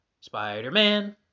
Spider-Man